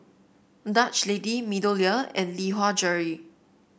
Dutch Lady MeadowLea and Lee Hwa Jewellery